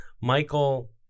Michael